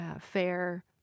fair